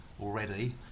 already